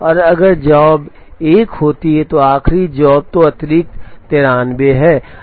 और अगर जॉब 1 होती है तो आखिरी जॉब है तो अतिरिक्त 93 है